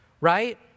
right